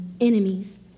enemies